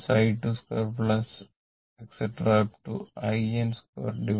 in2 n